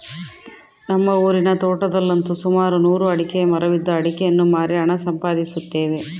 ನಮ್ಮ ಊರಿನ ತೋಟದಲ್ಲಂತು ಸುಮಾರು ನೂರು ಅಡಿಕೆಯ ಮರವಿದ್ದು ಅಡಿಕೆಯನ್ನು ಮಾರಿ ಹಣ ಸಂಪಾದಿಸುತ್ತೇವೆ